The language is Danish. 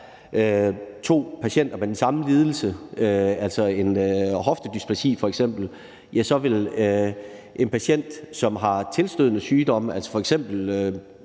to patienter med den samme lidelse, f.eks. en hoftedysplasi, så vil en patient, som har tilstødende sygdomme – det kan